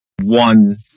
one